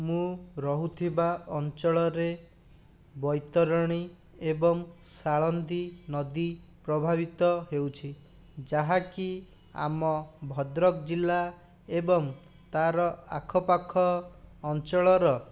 ମୁଁ ରହୁଥିବା ଅଞ୍ଚଳରେ ବୈତରଣୀ ଏବଂ ଶାଳନ୍ଦୀ ନଦୀ ପ୍ରଭାବିତ ହେଉଛି ଯାହାକି ଆମ ଭଦ୍ରକ ଜିଲ୍ଲା ଏବଂ ତାର ଆଖପାଖ ଅଞ୍ଚଳର